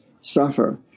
suffer